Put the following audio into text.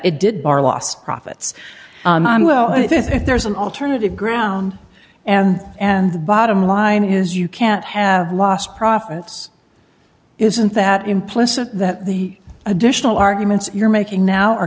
it did are lost profits i think there's an alternative ground and and the bottom line is you can't have lost profits isn't that implicit that the additional arguments you're making now are